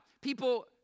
People